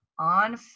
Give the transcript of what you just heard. On